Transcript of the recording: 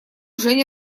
женя